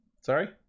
sorry